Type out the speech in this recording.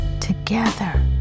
together